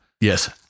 Yes